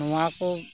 ᱱᱚᱣᱟ ᱠᱚ